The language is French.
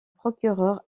procureur